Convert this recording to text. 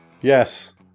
Yes